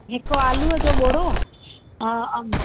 हिक आलूअ जो बोरो अघु